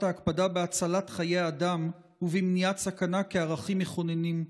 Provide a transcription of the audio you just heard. ההקפדה בהצלת חיי אדם ובמניעת סכנה כערכים מכוננים.